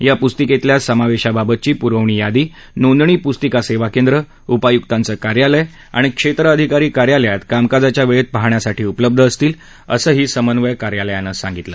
या पुस्तिकेतल्या समावेशाबाबतची पुरवणी यादी नोंदणी पुस्तिका सेवा केंद्र उपायुक्तांचं कार्यालय आणि क्षेत्र अधिकारी कार्यालयात कामकाजाच्या वेळेत पाहण्यासाठी उपलब्ध असतील असंही समन्वय कार्यालयानं सांगितलं